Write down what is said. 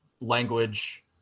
language